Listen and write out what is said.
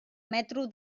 metro